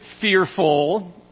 fearful